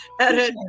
Edit